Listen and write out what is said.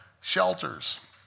Shelters